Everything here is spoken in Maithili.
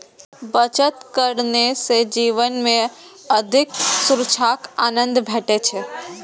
बचत करने सं जीवन मे अधिक सुरक्षाक आनंद भेटै छै